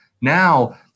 Now